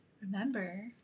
remember